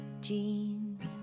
jeans